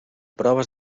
proves